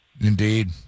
indeed